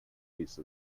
piece